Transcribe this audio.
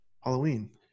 halloween